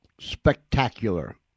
spectacular